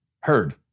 heard